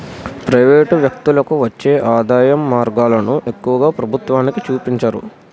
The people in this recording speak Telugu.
ప్రైవేటు వ్యక్తులకు వచ్చే ఆదాయం మార్గాలను ఎక్కువగా ప్రభుత్వానికి చూపించరు